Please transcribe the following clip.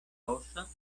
ossa